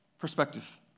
Perspective